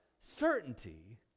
certainty